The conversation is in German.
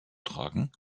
tragen